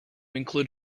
include